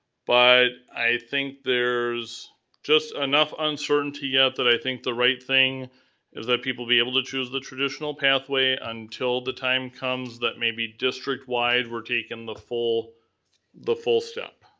but i think there's just enough uncertainty yet that i think the right thing is that people be able to choose the traditional pathway until the time comes that maybe district-wide we're taking the full the full step.